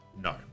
no